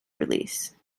release